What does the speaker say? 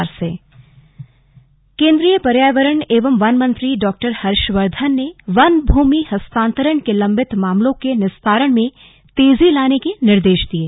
slug वन भमि केंद्रीय पर्यावरण एवं वनमंत्री डॉ हर्षवर्धन ने वन भूमि हस्तारण से लम्बित मामलो के निस्तारण में तेजी लाने के निर्देश दिये